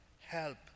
help